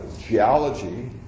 geology